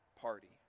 party